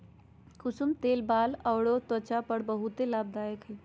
कुसुम तेल बाल अउर वचा ला बहुते लाभदायक हई